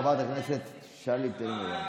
חברת הכנסת שלי טל מירון,